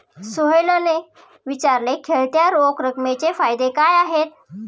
सोहेलने विचारले, खेळत्या रोख रकमेचे फायदे काय आहेत?